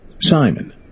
Simon